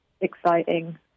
exciting